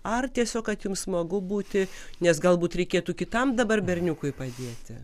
ar tiesiog kad jums smagu būti nes galbūt reikėtų kitam dabar berniukui padėti